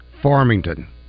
Farmington